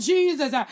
Jesus